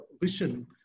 vision